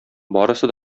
барысы